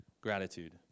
gratitude